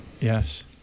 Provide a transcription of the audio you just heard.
Yes